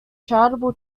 charitable